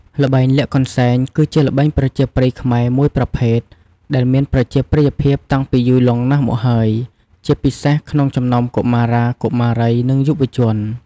ល្បែងលាក់កន្សែង គឺជាល្បែងប្រជាប្រិយខ្មែរមួយប្រភេទ ដែលមានប្រជាប្រិយភាពតាំងពីយូរលង់ណាស់មកហើយ ជាពិសេសក្នុងចំណោមកុមារា កុមារី និងយុវជន។